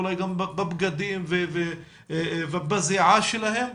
אולי גם בבגדים ובזיעה שלהם,